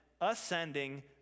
ascending